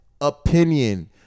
Opinion